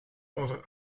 over